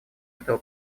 этого